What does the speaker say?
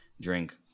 drink